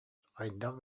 хайдах